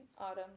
autumn